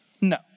No